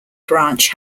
branch